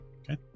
Okay